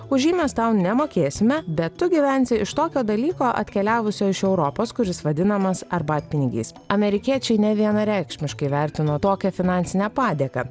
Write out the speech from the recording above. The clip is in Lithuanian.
už jį mes tau nemokėsime bet tu gyvensi iš tokio dalyko atkeliavusio iš europos kuris vadinamas arbatpinigiais amerikiečiai nevienareikšmiškai vertino tokią finansinę padėką